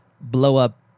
blow-up